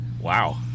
Wow